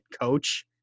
coach